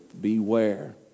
beware